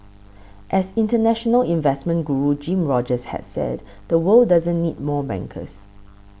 as international investment guru Jim Rogers has said the world doesn't need more bankers